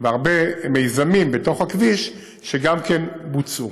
והרבה מיזמים בתוך הכביש שגם כן בוצעו.